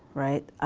right.